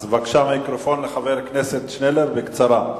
בבקשה, חבר הכנסת שנלר, בקצרה.